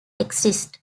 exist